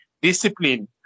discipline